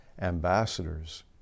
ambassadors